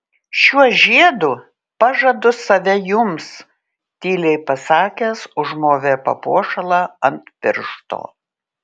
šiuo žiedu pažadu save jums tyliai pasakęs užmovė papuošalą ant piršto